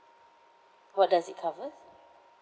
what does it cover